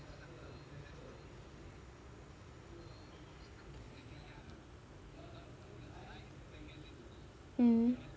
mm